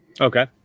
okay